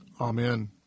Amen